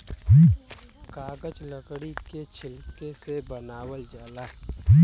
कागज लकड़ी के छिलका से बनावल जाला